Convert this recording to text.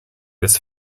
his